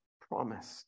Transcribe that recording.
promised